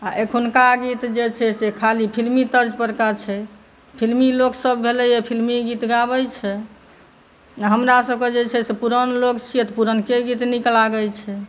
आ एखुनका गीत छै से खाली फिल्मी तर्ज पर का छै फिल्मी लोक सभ भेलैया फिल्मी गीत गाबै छै हमरा सभकेँ जे छै से पुरान लोक पुरनकेँ गीत नीक लागै छै